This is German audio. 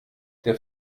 der